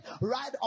right